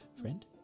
friend